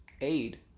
aid